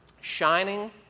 shining